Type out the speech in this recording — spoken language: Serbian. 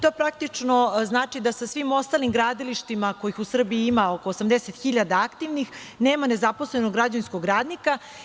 To praktično znači da sa svim ostalim gradilištima, kojih u Srbiji ima oko 80 hiljada aktivnih, nema nezaposlenog građevinskog radnika.